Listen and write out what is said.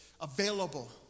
available